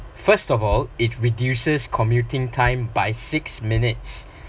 first of all it reduces commuting time by six minutes